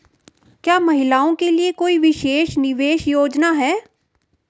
क्या महिलाओं के लिए कोई विशेष निवेश योजना है?